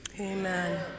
Amen